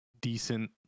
decent